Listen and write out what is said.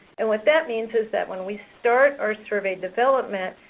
and what that means is that when we start our survey development,